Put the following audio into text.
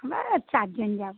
আমরা চার জন যাবো